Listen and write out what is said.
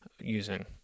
using